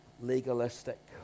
legalistic